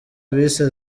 bise